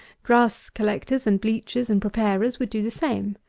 grass collectors and bleachers and preparers would do the same.